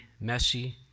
messy